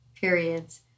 periods